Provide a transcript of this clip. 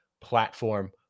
platform